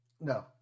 No